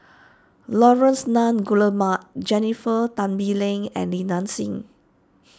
Laurence Nunns Guillemard Jennifer Tan Bee Leng and Li Nanxing